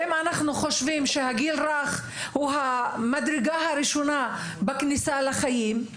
ואם אנחנו חושבים שהגיל הרך הוא המדרגה הראשונה בכניסה לחיים,